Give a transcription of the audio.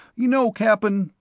you know, cap'n,